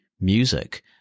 music